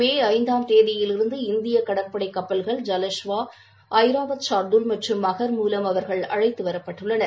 மே ஐந்தாம் தேதியிலிருந்து இந்திய கடற்படை கப்பல்கள் ஜலஷ்வா ஐராவத் ஷர்துல் மற்றும் மகர் மூலம் அவர்கள் அழைத்து வரப்பட்டனர்